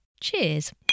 Cheers